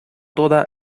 toda